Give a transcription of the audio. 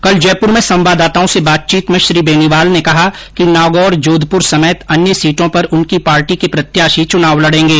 कल जयपुर में संवादाताओं से बातचीत में श्री बेनीवाल ने कहा कि नागौर जोधपुर समेत अन्य सीटों पर उनकी पार्टी के प्रत्याषी चुनाव लडेंगे